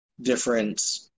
different